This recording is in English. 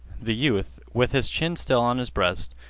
the youth, with his chin still on his breast,